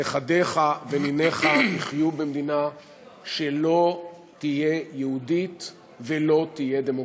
נכדיך וניניך יחיו במדינה שלא תהיה יהודית ולא תהיה דמוקרטית,